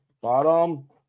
bottom